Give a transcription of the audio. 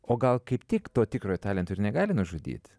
o gal kaip tik to tikrojo talento ir negali nužudyt